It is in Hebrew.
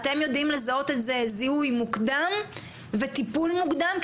אתם יודעים לזהות את זה זיהוי מוקדם וטיפול מוקדם,